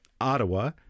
Ottawa